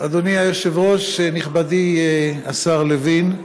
אדוני היושב-ראש, נכבדי השר לוין,